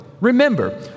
Remember